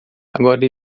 agora